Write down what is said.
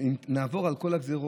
אם נעבור על כל הגזרות,